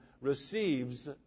receives